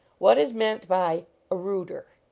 what is meant by a rooter?